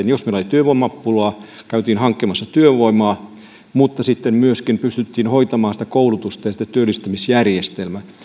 jos meillä oli työvoimapula käytiin hankkimassa työvoimaa mutta sitten myöskin pystyttiin hoitamaan sitä koulutusta ja työllistämisjärjestelmää